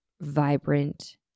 vibrant